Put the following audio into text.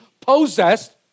possessed